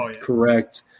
correct